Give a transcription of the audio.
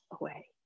away